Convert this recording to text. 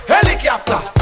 Helicopter